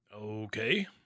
Okay